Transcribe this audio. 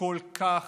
כל כך